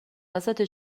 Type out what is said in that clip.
ازاده